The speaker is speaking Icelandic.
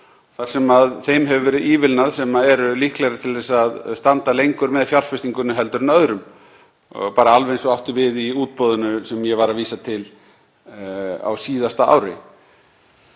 þar sem þeim hefur verið ívilnað sem voru líklegri til að standa lengur með fjárfestingunni en öðrum, bara alveg eins og átti við í útboðinu sem ég var að vísa til á síðasta ári.